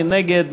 מי נגד?